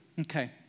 Okay